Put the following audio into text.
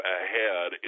ahead